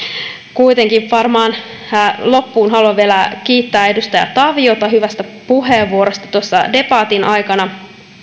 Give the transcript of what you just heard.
kuitenkin loppuun haluan vielä kiittää edustaja taviota hyvästä puheenvuorosta tuossa debatin aikana